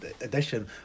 edition